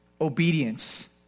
obedience